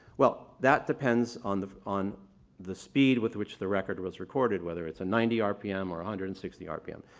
well, that depends on the on the speed with which the record was recorded, whether it's a ninety rpm or one hundred and sixty rpm.